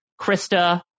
Krista